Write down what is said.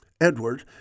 Edward